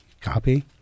copy